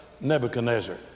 Nebuchadnezzar